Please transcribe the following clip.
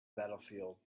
battlefield